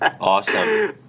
awesome